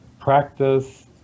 practice